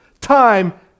Time